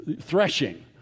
threshing